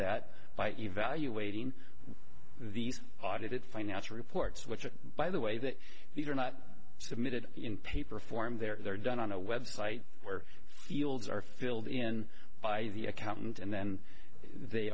that by evaluating these audited finance reports which by the way that you are not submitted in paper form they're done on a website where fields are filled in by the accountant and then they